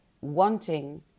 wanting